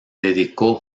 dedicó